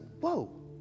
whoa